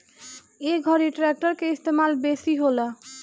ए घरी ट्रेक्टर के इस्तेमाल बेसी होला